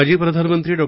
माजी प्रधानमंत्री डॉ